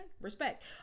respect